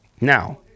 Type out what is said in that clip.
Now